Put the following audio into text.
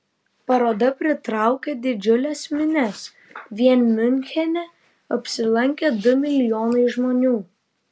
paroda pritraukė didžiules minias vien miunchene apsilankė du milijonai žmonių